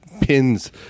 pins